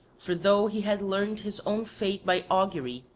for though he had learnt his own fate by augury,